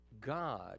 God